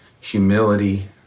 humility